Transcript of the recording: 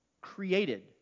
created